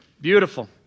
Beautiful